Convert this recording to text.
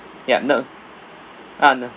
ya no ah no